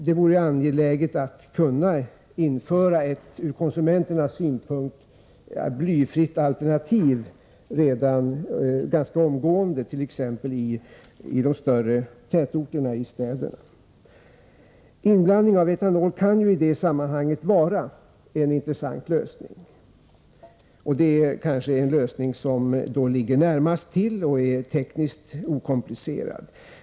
Det är angeläget att ett blyfritt alternativ införs ganska omgående, t.ex. i de större tätorterna. Inblandning av etanol kan i det sammanhanget vara en intressant lösning. Det är kanske den lösningen som ligger närmast till hands, och den är också tekniskt okomplicerad.